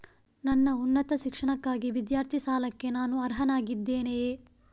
ನನ್ನ ಉನ್ನತ ಶಿಕ್ಷಣಕ್ಕಾಗಿ ವಿದ್ಯಾರ್ಥಿ ಸಾಲಕ್ಕೆ ನಾನು ಅರ್ಹನಾಗಿದ್ದೇನೆಯೇ?